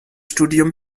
studium